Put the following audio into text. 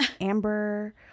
Amber